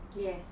yes